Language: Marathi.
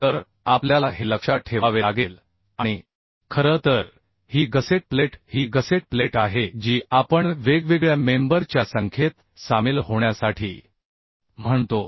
तर आपल्याला हे लक्षात ठेवावे लागेल आणि खरं तर ही गसेट प्लेट ही गसेट प्लेट आहे जी आपण वेगवेगळ्या मेंबर च्या संख्येत सामील होण्यासाठी म्हणतो